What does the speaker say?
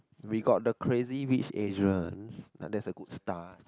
we got the crazy-rich-asians that's a good start